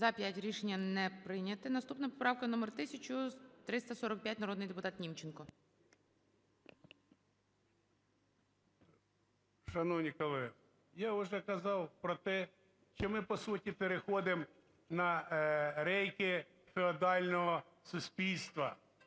За-5 Рішення не прийнято. Наступна поправка 1345, народний депутат Німченко. 13:36:23 НІМЧЕНКО В.І. Шановні колеги, я уже казав про те, що ми по суті переходимо на рейки феодального суспільства,